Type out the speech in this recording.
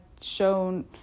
shown